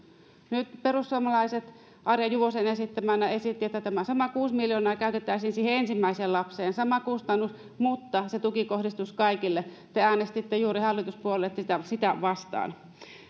nyt perussuomalaiset arja juvosen esittämänä esittivät että tämä sama kuusi miljoonaa käytettäisiin siihen ensimmäiseen lapseen sama kustannus mutta se tuki kohdistuisi kaikille te äänestitte juuri hallituspuolueet sitä vastaan